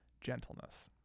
gentleness